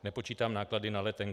Nepočítám náklady na letenky.